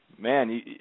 Man